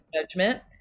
judgment